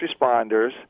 responders